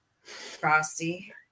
Frosty